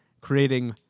creating